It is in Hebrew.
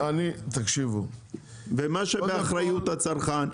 ומה שבאחריות הצרכן,